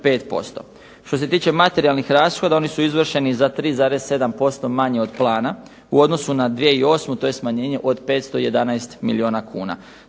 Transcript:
Što se tiče materijalnih rashoda oni su izvršeni za 3,7% manje od plana u odnosu na 2008. to je smanjenje od 511 milijuna kuna.